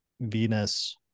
Venus